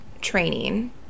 training